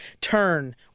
turn